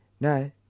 no